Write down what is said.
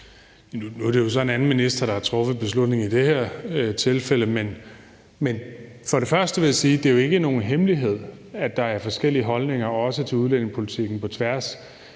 Nu er det jo så en anden minister, der har truffet beslutningen i det her tilfælde. Men for det første vil jeg sige, at det jo ikke er nogen hemmelighed, at der er forskellige holdninger – også til udlændingepolitikken – på tværs.